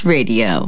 Radio